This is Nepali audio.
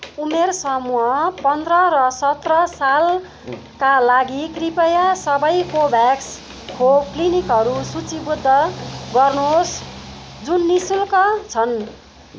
उमेर समूह पन्ध्र र सत्र सालका लागि कृपया सबै कोभ्याक्स खोप क्लिनिकहरू सूचीबद्ध गर्नुहोस् जुन नि शुल्क छन्